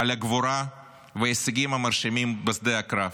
על הגבורה וההישגים המרשימים בשדה הקרב,